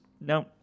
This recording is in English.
no